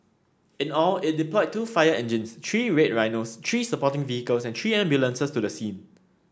in all it deployed two fire engines three Red Rhinos three supporting vehicles and three ambulances to the scene